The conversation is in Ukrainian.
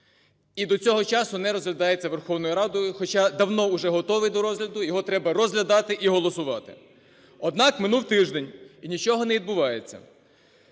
і до цього часу не розглядається Верховною Радою, хоча давно уже готовий до розгляду, його треба розглядати і голосувати. Однак, минув тиждень і нічого не відбувається.